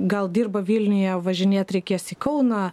gal dirba vilniuje važinėt reikės į kauną